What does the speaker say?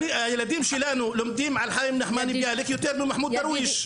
הילדים שלנו לומדים על חיים נחמן ביאליק יותר ממחמוד דרוויש.